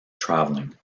travelling